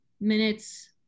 minutes